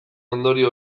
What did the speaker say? ondorio